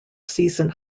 season